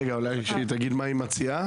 גבי, מה את מציעה?